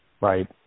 Right